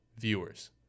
viewers